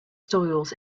soils